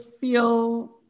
feel